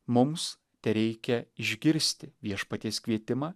mums tereikia išgirsti viešpaties kvietimą